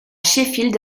sheffield